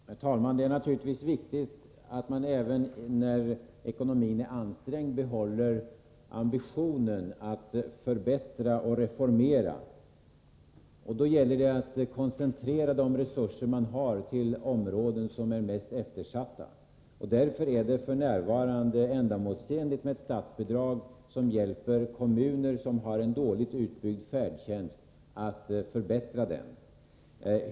Herr talman! Det är naturligtvis viktigt att man även när ekonomin är ansträngd behåller ambitionen att förbättra och reformera. Då gäller det att koncentrera de resurser som man har till de områden som är mest eftersatta. Därför är det f. n. ändamålsenligt med ett statsbidrag som hjälper kommuner som har en dåligt utbyggd färdtjänst att förbättra den.